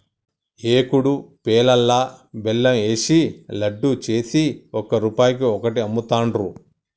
ఏకుడు పేలాలల్లా బెల్లం ఏషి లడ్డు చేసి ఒక్క రూపాయికి ఒక్కటి అమ్ముతాండ్రు